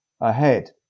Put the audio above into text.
ahead